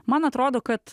mano atrodo kad